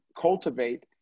cultivate